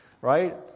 right